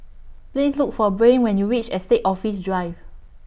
Please Look For Brain when YOU REACH Estate Office Drive